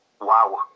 wow